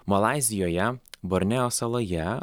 malaizijoje borneo saloje